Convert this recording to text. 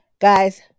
guys